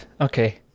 Okay